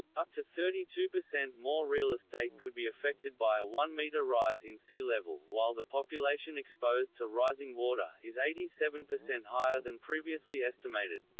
up to thirty two percent more real estate could be affected by a one meter rise in sea level, while the population exposed to rising water is eighty seven percent higher than previously estimated.